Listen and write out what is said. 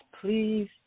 please